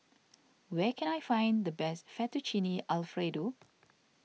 where can I find the best Fettuccine Alfredo